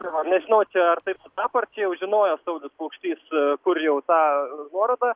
nežinau čia ar taip sutapo ar čia jau žinojo saulius paukštys kur jau tą nuorodą